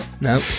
No